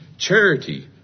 Charity